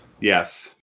Yes